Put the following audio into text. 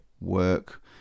work